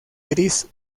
gris